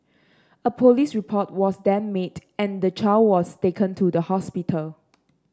a police report was then made and the child was taken to the hospital